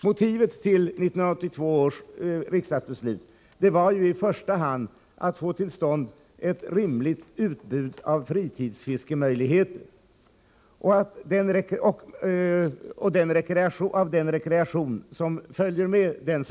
Motivet till 1982 års riksdagsbeslut var ju i första hand att få till stånd ett rimligt utbud av fritidsfiskemöjligheter och av den rekreation som följer därmed.